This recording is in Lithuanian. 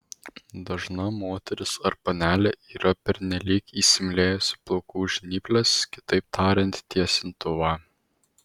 dažna moteris ar panelė yra pernelyg įsimylėjusi plaukų žnyples kitaip tariant tiesintuvą